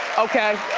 okay?